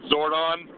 Zordon